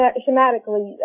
schematically